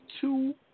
two